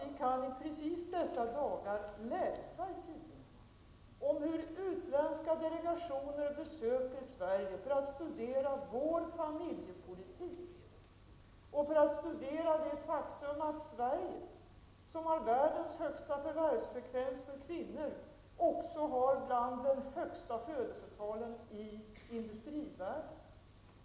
Vi kan just i dessa dagar läsa i tidningar om hur utländska delegationer besöker Sverige för att studera vår familjepolitik och för att studera det faktum att Sverige, som har världens högsta förvärvsfrekvens för kvinnor, också har bland de högsta födelsetalen i industrivärlden.